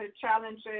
challenges